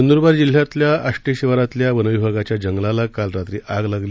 नंदुरबार जिल्ह्यातल्या आष्टे शिवारातल्या वनविभागाच्या जंगलाला काल रात्री आग लागली